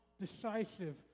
decisive